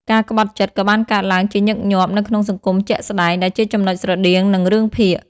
ការក្បត់ចិត្តក៏បានកើតឡើងជាញឹកញាប់នៅក្នុងសង្គមជាក់ស្តែង ដែលជាចំណុចស្រដៀងនឹងរឿងភាគ។